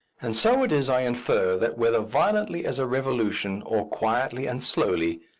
and so it is i infer that, whether violently as a revolution or quietly and slowly,